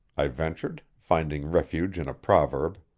i ventured, finding refuge in a proverb.